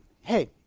hey